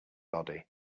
body